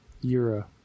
Euro